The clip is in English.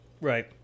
right